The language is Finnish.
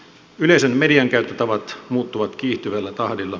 yleisön median käyttötavat muuttuvat kiihtyvällä tahdilla